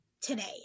today